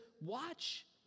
Watch